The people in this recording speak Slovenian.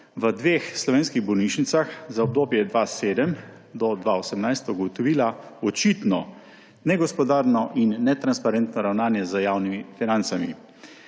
v dveh slovenskih bolnišnicah za obdobje 2007−2018 ugotovila očitno negospodarno in netransparentno ravnanje z javnimi financami.